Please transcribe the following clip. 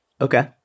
Okay